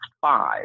five